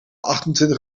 achtentwintig